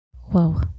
Whoa